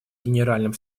генеральным